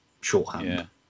shorthand